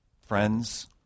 friends